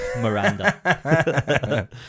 Miranda